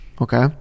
okay